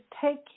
take